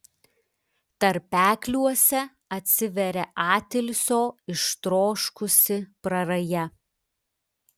tarpekliuose atsiveria atilsio ištroškusi praraja